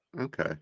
Okay